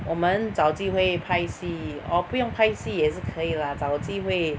我们找机会拍戏 or 不用拍戏也是可以 lah 找机会